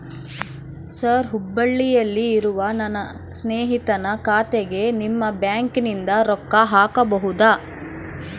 Sir ಹುಬ್ಬಳ್ಳಿಯಲ್ಲಿ ಇರುವ ನನ್ನ ಸ್ನೇಹಿತನ ಖಾತೆಗೆ ನಿಮ್ಮ ಬ್ಯಾಂಕಿನಿಂದ ರೊಕ್ಕ ಹಾಕಬಹುದಾ?